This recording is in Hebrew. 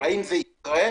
האם זה יקרה?